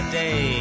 day